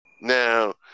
Now